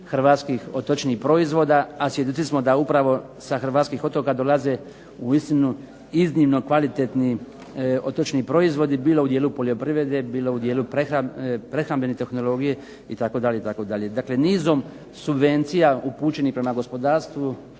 Hrvatskih otočnih proizvoda a svjedoci smo da upravo sa Hrvatskih otoka dolaze uistinu iznimno kvalitetni proizvodi bilo u dijelu poljoprivrede, bilo u dijelu prehrambene tehnologije itd. Dakle, nizom subvencija upućenih prema gospodarstvu